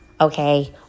okay